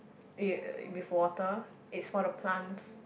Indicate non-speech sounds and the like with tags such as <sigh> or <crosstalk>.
<noise> with water it's for the plants